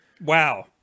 Wow